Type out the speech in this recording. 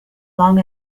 long